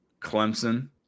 Clemson